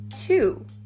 Two